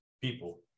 People